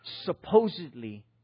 supposedly